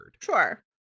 Sure